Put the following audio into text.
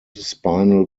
spinal